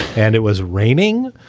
and it was raining,